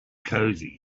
cosy